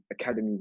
academy